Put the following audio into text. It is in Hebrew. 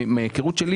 מההיכרות שלי,